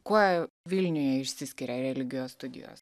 kuo vilniuje išsiskiria religijos studijos